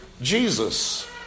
Jesus